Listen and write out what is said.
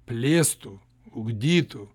plėstų ugdytų